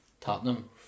Tottenham